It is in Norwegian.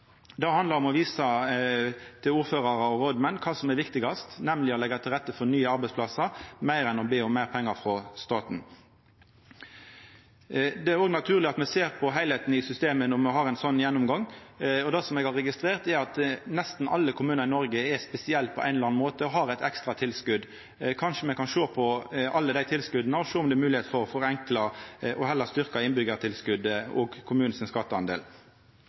Det handlar om å visa ordførarar og rådmenn kva som er viktigast, nemleg å leggja til rette for nye arbeidsplassar heller ennå be om meir pengar frå staten. Det er òg naturleg at me ser på heilskapen i systemet når me har ein slik gjennomgang. Det eg har registrert, er at nesten alle kommunar i Noreg er spesielle på ein eller annan måte og har eit ekstra tilskot. Kanskje me kan sjå på alle dei tilskota og sjå om det er mogleg å forenkla dette og heller styrkja innbyggjartilskotet og kommunen sin